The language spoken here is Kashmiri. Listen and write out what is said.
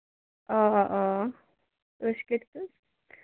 آ آ ٲش کٔرِتھ حظ